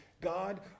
God